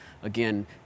Again